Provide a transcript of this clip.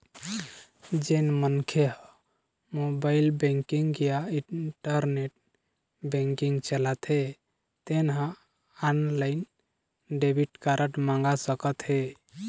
जेन मनखे ह मोबाईल बेंकिंग या इंटरनेट बेंकिंग चलाथे तेन ह ऑनलाईन डेबिट कारड मंगा सकत हे